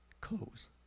close